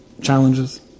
challenges